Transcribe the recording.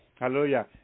Hallelujah